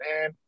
man